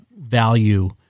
value